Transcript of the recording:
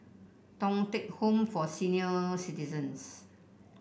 Thong Teck Home for Senior Citizens